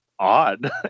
Odd